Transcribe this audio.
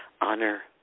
Honor